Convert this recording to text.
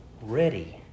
ready